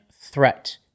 threat